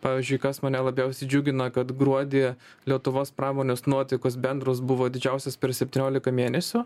pavyzdžiui kas mane labiausiai džiugina kad gruodį lietuvos pramonės nuotaikos bendros buvo didžiausios per septyniolika mėnesių